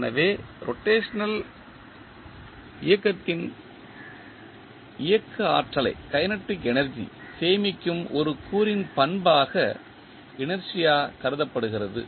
எனவே ரொட்டேஷனல் இயக்கத்தின் இயக்க ஆற்றலை சேமிக்கும் ஒரு கூறின் பண்பாக இனர்ஷியா கருதப்படுகிறது